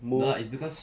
ya lah it's cause